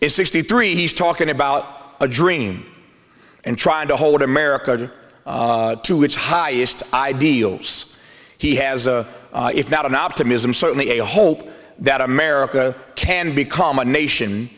is sixty three he's talking about a dream and trying to hold america to its highest ideals he has a if not an optimism certainly a hope that america can become a nation